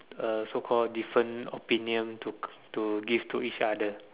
uh so call different opinion to to give to each other